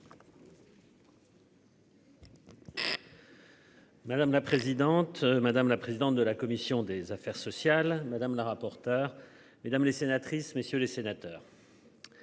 Madame la présidente, madame la présidente de la commission des affaires sociales, madame la rapporteur mesdames les sénatrices messieurs les sénateurs.